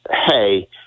hey